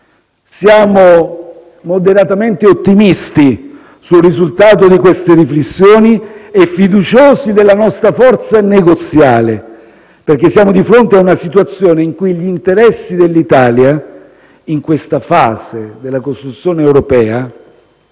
Siamo moderatamente ottimisti sul risultato di queste riflessioni e fiduciosi della nostra forza negoziale, perché siamo di fronte a una situazione in cui gli interessi dell'Italia in questa fase della costruzione europea